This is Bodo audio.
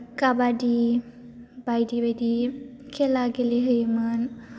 खाबादि बायदि बायदि खेला गेलेहैयोमोन